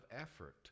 effort